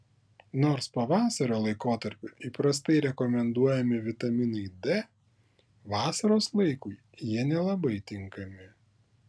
nors pavasario laikotarpiu įprastai rekomenduojami vitaminai d vasaros laikui jie nelabai tinkami